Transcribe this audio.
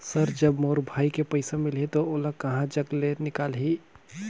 Sir जब मोर भाई के पइसा मिलही तो ओला कहा जग ले निकालिही?